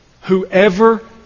whoever